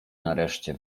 nareszcie